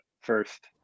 first